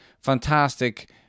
fantastic